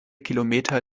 kilometer